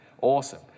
awesome